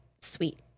sweet